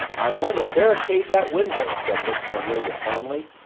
i'm going to barricade that window! said miss cornelia firmly,